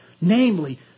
namely